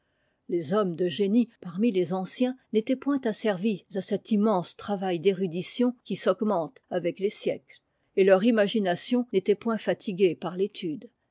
les hommes de génie parmi les anciens n'étaient point asservis à cet immense travail d'érudition qui s'augmente avecles siècles et leur imagination n'était point fatiguée par l'étude